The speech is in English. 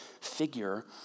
figure